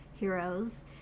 Heroes